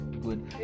good